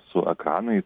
su ekranais